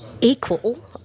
equal